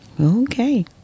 Okay